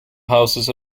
houses